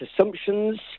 assumptions